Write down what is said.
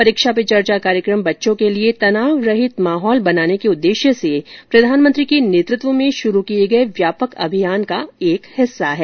परीक्षा पे चर्चा कार्यकम बच्चों के लिए तनाव रहित माहौल बनाने के उद्देश्य से प्रधानमंत्री के नेतृत्व में शुरू किए गए व्यापक अभियान का एक हिस्सा है